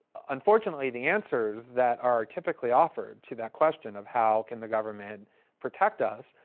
unfortunately, the answers that are typically offered to that question, of how can the government protect us,